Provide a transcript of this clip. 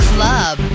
Club